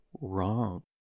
wrong